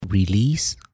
Release